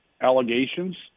allegations